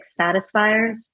satisfiers